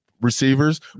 receivers